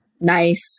nice